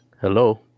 Hello